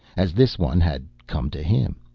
as this one had come to him.